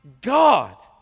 God